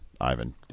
Ivan